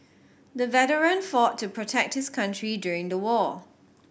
the veteran fought to protect his country during the war